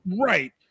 Right